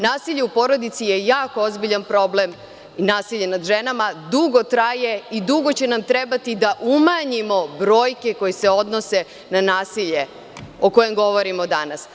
Nasilje u porodici je jako ozbiljan problem i nasilje nad ženama dugo traje i dugo će nam trebati da umanjimo brojke koje se odnose na nasilje o kome govorimo danas.